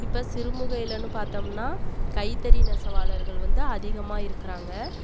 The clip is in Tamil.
இப்போ சிறுமுகைலனு பார்த்தோம்னா கைத்தறி நெசவாளர்கள் வந்து அதிகமாக இருக்கிறாங்க